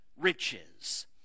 riches